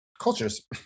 cultures